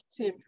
10%